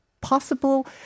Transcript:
possible